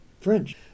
French